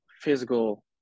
physical